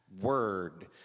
word